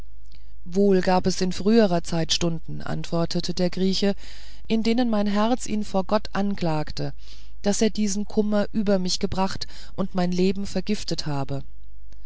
wohl gab es in früherer zeit stunden antwortete der grieche in denen mein herz ihn vor gott angeklagt daß er diesen kummer über mich gebracht und mein leben vergiftet habe